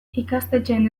ikastetxeen